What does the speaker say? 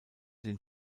den